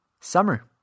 Summer